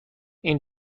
این